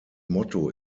motto